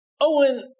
Owen